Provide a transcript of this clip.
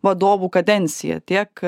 vadovų kadenciją tiek